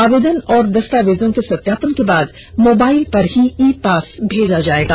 आवेदन और दस्तावेजों के सत्यापन के बाद मोबाईल पर ई पास भेजा जाएगा